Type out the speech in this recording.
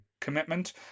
commitment